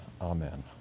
Amen